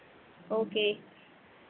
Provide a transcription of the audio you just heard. okay